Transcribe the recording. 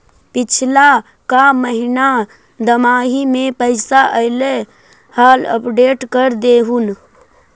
पिछला का महिना दमाहि में पैसा ऐले हाल अपडेट कर देहुन?